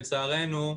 לצערנו,